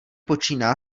počíná